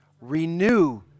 Renew